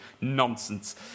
Nonsense